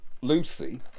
Lucy